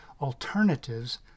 alternatives